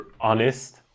honest